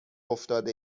افتاده